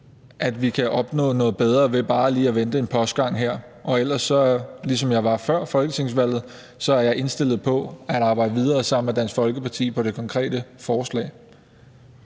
at vi kan opnå noget bedre ved bare lige at vente en postgang til. Ellers så er jeg, ligesom jeg var før folketingsvalget, indstillet på at arbejde videre sammen med Dansk Folkeparti på det konkrete forslag.